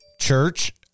Church